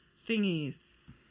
Thingies